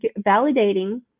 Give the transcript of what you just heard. validating